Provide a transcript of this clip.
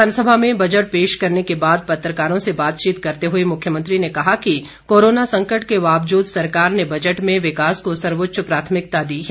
विधानसभा में बजट पेश करने के बाद पत्रकारों से बातचीत करते हुए मुख्यमंत्री ने कहा कि कोरोना संकट के बावजूद सरकार ने बजट में विकास को सर्वोच्च प्राथमिकता दी है